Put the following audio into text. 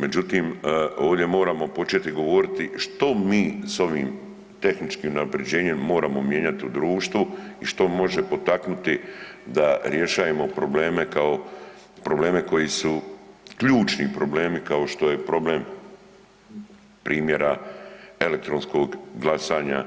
Međutim, ovdje moramo početi govoriti što mi s ovim tehničkim unaprjeđenjem moramo mijenjati u društvu i što može potaknuti da rješajemo probleme kao probleme koji su ključni problemi kao što je problem primjera elektronskog glasanja,